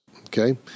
Okay